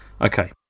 Okay